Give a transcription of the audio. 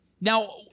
Now